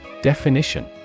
Definition